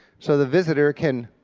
so the visitor can